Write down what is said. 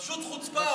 פשוט חוצפה.